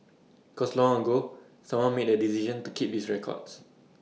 cause long ago someone made the decision to keep these records